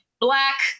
Black